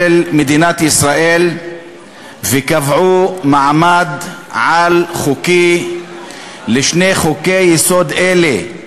מדינת ישראל וקבעו מעמד-על חוקי לשני חוקי-יסוד אלה,